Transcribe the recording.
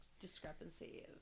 discrepancy